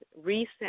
reset